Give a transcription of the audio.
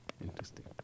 Interesting